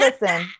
listen